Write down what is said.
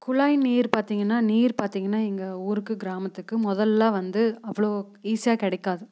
குழாய் நீர் பார்த்தீங்கன்னா நீர் பார்த்தீங்கன்னா எங்கள் ஊருக்கு கிராமத்துக்கு முதல்லாம் வந்து அவ்வளோ ஈஸியாக கிடைக்காது